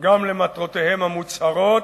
גם למטרותיהם המוצהרות,